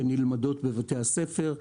שנלמדות בבתי הספר.